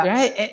Right